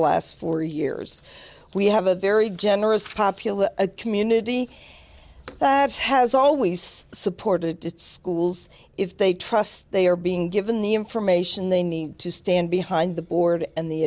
last four years we of a very generous populous a community that has always supported schools if they trust they are being given the information they need to stand behind the board and the